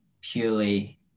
purely